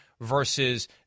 versus